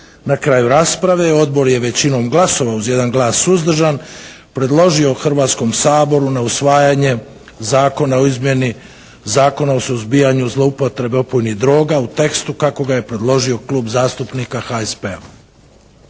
Na kraju rasprave, Odbor je većinom glasova uz jedan glas suzdržan, predložio Hrvatskom saboru na usvajanje Zakona o izmjeni Zakona o suzbijanju zloupotrebe opojnih droga u tekstu kako ga je predložio Klub zastupnika HSP-a.